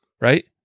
right